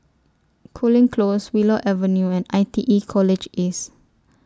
Cooling Close Willow Avenue and I T E College East